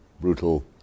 brutal